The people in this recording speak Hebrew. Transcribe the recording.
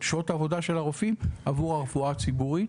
את שעות העבודה של הרופאים עבור הרפואה הציבורית.